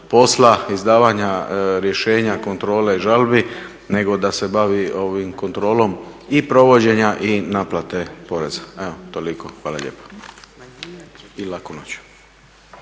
izdavanja rješenja, kontrole i žalbi nego da se bavi kontrolom i provođenja i naplate poreza. Evo toliko, hvala lijepo i laku noć.